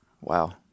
Wow